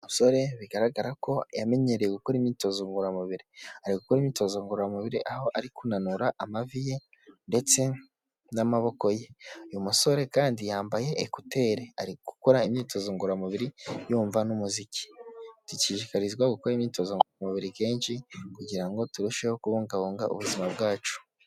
Umusore bigaragara ko yamenyereye gukora imyitozo ngororamubiri. Ari gukora imyitozo ngororamubiri aho ari kunanura amavi ye ndetse n'amaboko ye. Uyu musore kandi yambaye ekuteri ari gukora imyitozo ngororamubiri yumva n'umuziki. Dushishikarizwa gukora imyitozo ngororamubiri kenshi kugira ngo turusheho kubungabunga ubuzima bwacu.